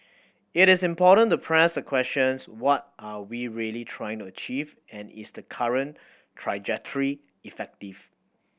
it is important to press the questions what are we really trying to achieve and is the current trajectory effective